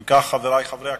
אם כך, חברי חברי הכנסת,